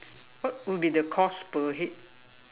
what would be the cost per head